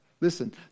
Listen